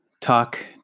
Talk